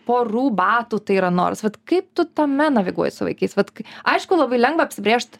porų batų tai yra noras vat kaip tu tame naviguoji su vaikais vat kai aišku labai lengva apsibrėžt